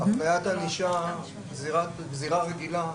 טיעונים לעונש, הבניית הענישה, גזירה רגילה,